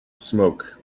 smoke